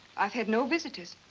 i've had no visitors.